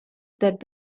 that